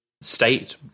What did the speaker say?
state